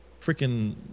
freaking